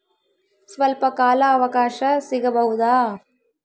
ಸ್ವಲ್ಪ ಕಾಲ ಅವಕಾಶ ಸಿಗಬಹುದಾ?